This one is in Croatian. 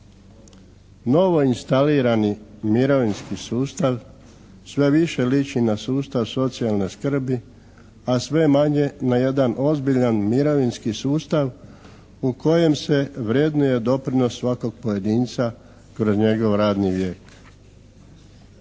Novoinstalirani mirovinski sustav sve više liči na sustav socijalne skrbi, a sve manje na jedan ozbiljan mirovinski sustav u kojem se vrednuje doprinos svakog pojedinca kroz njegov radni vijek.